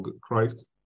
Christ